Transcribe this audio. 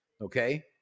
Okay